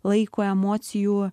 laiko emocijų